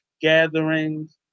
gatherings